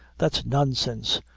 that's nonsense.